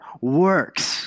works